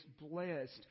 blessed